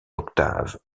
octaves